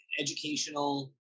educational